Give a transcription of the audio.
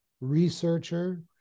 researcher